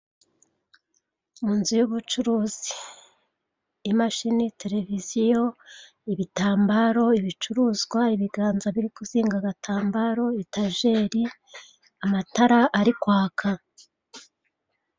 Mu nzu y'ubucuruzi imashini, televiziyo, ibitambaro, ibicuruzwa, ibiganza biri kuzinga agatambaro etajeri, amatara ari kwaka.